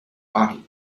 body